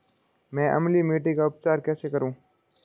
मैं अम्लीय मिट्टी का उपचार कैसे करूं?